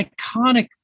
iconic